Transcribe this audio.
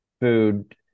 food